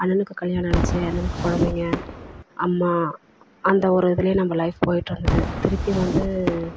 அண்ணனுக்கு கல்யாணம் ஆச்சு அண்ணனுக்கு கொழந்தைங்க அம்மா அந்த ஒரு இதுலேயே நம்ம லைஃப் போய்ட்டு இருந்தது திருப்பி வந்து